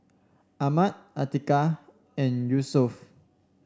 Ahmad Atiqah and Yusuf